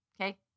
Okay